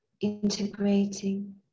integrating